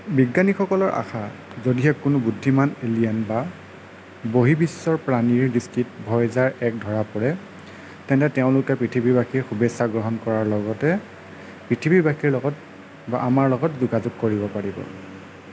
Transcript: বিজ্ঞানীসকলৰ আশা যদিহে কোনো বুদ্ধিমান এলিয়েন বা বহিৰ্বিশ্বৰ প্ৰাণীৰ দৃষ্টিত ভইজাৰ এক ধৰা পৰে তেন্তে তেওঁলোকে পৃথিৱীবাসীৰ শুভেচ্ছা গ্ৰহণ কৰাৰ লগতে পৃথিৱীবাসীৰ লগত বা আমাৰ লগত যোগাযোগ কৰিব পাৰিব